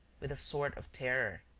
with a sort of terror.